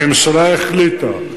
הממשלה החליטה,